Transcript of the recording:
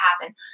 happen